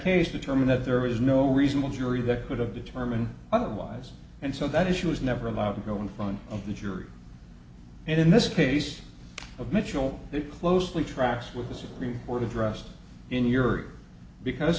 case determined that there was no reasonable jury that could have determined otherwise and so that issue was never allowed to go in front of the jury and in this case of mitchell it closely tracks with the supreme court addressed in europe because